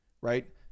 Right